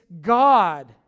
God